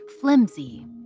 flimsy